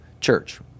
church